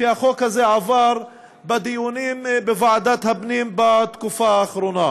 שהחוק הזה עבר בדיונים בוועדת הפנים בתקופה האחרונה.